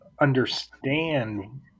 understand